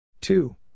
two